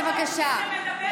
בבקשה.